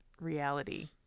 reality